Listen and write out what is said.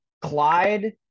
Clyde